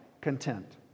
content